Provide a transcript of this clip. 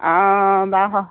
অ বাৰু হ